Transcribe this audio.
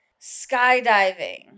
skydiving